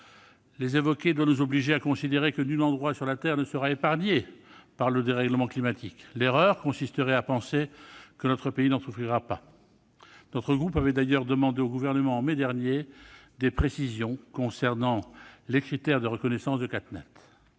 Les évoquer doit nous obliger à considérer que nul endroit sur la Terre ne sera épargné par le dérèglement climatique. L'erreur consisterait à penser que notre pays n'en souffrira pas. Notre groupe avait d'ailleurs demandé au Gouvernement, en mai dernier, des précisions concernant les critères de reconnaissance de l'état